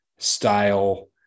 Style